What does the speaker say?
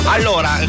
Allora